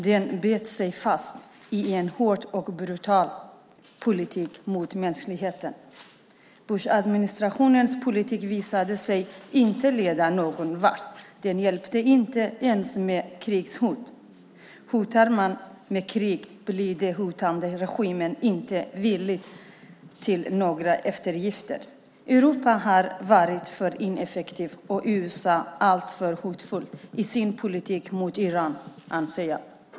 Den bet sig fast i en hård och brutal politik mot mänskligheten. Bushadministrationens politik visade sig inte leda någon vart. Det hjälpte inte ens med krigshot. Hotar man med krig blir den hotade regimen inte villig till några eftergifter. Europa har varit för ineffektivt och USA alltför hotfullt i sin politik mot Iran, anser jag.